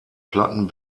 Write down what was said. platten